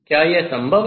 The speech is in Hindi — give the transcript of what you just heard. क्या यह संभव है